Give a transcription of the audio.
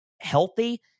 healthy